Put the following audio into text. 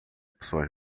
pessoas